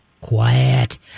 quiet